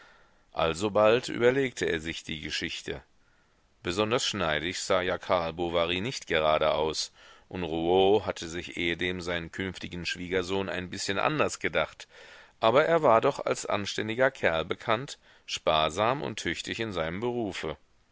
alsobald überlegte er sich die geschichte besonders schneidig sah ja karl bovary nicht gerade aus und rouault hatte sich ehedem seinen künftigen schwiegersohn ein bißchen anders gedacht aber er war doch als anständiger kerl bekannt sparsam und tüchtig in seinem berufe